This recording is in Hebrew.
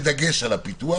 בדגש על הפיתוח,